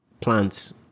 plants